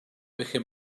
felly